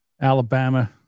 Alabama